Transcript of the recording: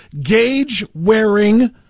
gauge-wearing